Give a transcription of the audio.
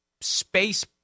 space